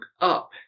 up